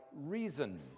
reason